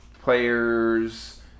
players